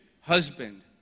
husband